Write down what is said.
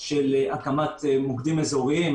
של הקמת מוקדים אזוריים.